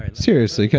and seriously,